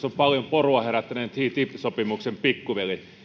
on paljon porua herättäneen ttip sopimuksen pikkuveli